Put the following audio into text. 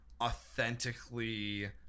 authentically